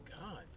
God